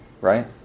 right